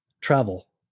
travel